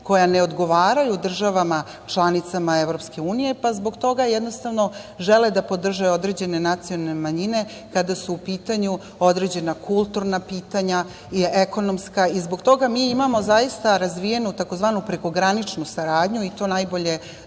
koja ne odgovaraju državama članicama EU, pa zbog toga jednostavno žele da podrže određene nacionalne manjine kada su u pitanju određena kulturna pitanja, ekonomska. Zbog toga mi imamo razvije tzv. prekograničnu saradnju, i to najbolje